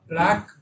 Black